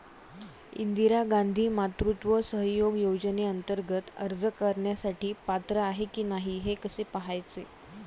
इंदिरा गांधी मातृत्व सहयोग योजनेअंतर्गत अर्ज करण्यासाठी पात्र आहे की नाही हे कसे पाहायचे?